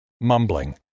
mumbling